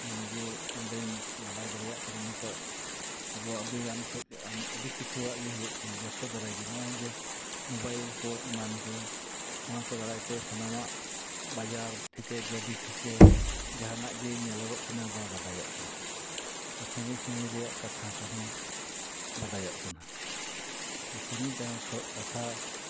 ᱱᱚᱭᱟ ᱜᱮ ᱤᱧ ᱫᱚᱧ ᱵᱟᱰᱟᱭ ᱫᱟᱲᱮᱭᱟᱜ ᱠᱟᱱᱟ ᱱᱤᱛᱳᱜ ᱟᱵᱚᱣᱟᱜ ᱵᱤᱜᱽᱜᱟᱱ ᱠᱷᱚᱱ ᱟᱹᱰᱤ ᱠᱤᱪᱷᱩᱣᱟᱜ ᱜᱮ ᱦᱩᱭᱩᱜ ᱠᱟᱱᱟ ᱡᱚᱛᱚ ᱡᱚᱛᱚ ᱫᱟᱨᱟᱭ ᱜᱮ ᱱᱚᱜᱼᱚᱭ ᱡᱮ ᱢᱳᱵᱟᱭᱤᱞ ᱠᱚ ᱮᱢᱟᱱ ᱠᱚ ᱱᱚᱣᱟ ᱠᱚ ᱫᱟᱨᱟᱭ ᱛᱮ ᱥᱟᱱᱟᱢᱟᱜ ᱵᱟᱡᱟᱨ ᱛᱷᱮᱠᱮ ᱜᱟᱹᱰᱤ ᱛᱷᱮᱠᱮ ᱡᱟᱦᱟᱱᱟᱜ ᱜᱮ ᱧᱮᱞᱚᱜᱚᱜ ᱠᱟᱱᱟ ᱵᱟ ᱵᱟᱰᱟᱭᱚᱜ ᱠᱟᱱᱟ ᱥᱟᱺᱜᱤᱧ ᱥᱟᱺᱜᱤᱧ ᱨᱮᱭᱟᱜ ᱠᱟᱛᱷᱟ ᱠᱚᱦᱚᱸ ᱵᱟᱰᱟᱭᱚᱜ ᱠᱟᱱᱟ ᱥᱟᱺᱜᱤᱧ ᱡᱟᱦᱟᱸ ᱠᱷᱚᱜ ᱠᱟᱛᱷᱟ